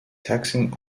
taxing